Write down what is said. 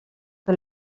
que